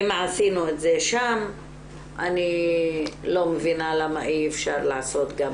ואם עשינו את זה שם אני לא מבינה למה אי אפשר לעשות גם